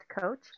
coach